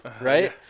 right